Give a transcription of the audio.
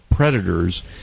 predators